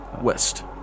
west